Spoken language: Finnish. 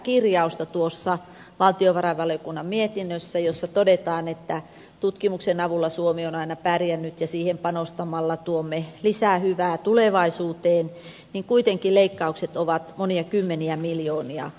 ihmettelen tuossa valtiovarainvaliokunnan mietinnössä sitä kirjausta jossa todetaan että tutkimuksen avulla suomi on aina pärjännyt ja siihen panostamalla tuomme lisää hyvää tulevaisuuteen mutta kuitenkin leikkaukset ovat monia kymmeniä miljoonia